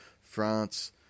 France